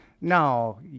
No